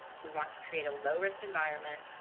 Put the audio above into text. we want to create a low risk environment,